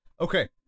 Okay